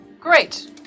great